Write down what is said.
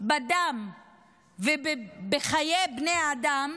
בדם ובחיי בני אדם,